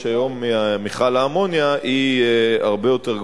היום למכל האמוניה היא הרבה יותר גבוהה.